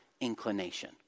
inclination